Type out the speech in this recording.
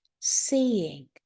seeing